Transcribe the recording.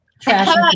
trash